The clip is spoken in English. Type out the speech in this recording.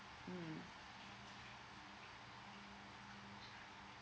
mm